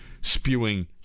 spewing